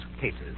cases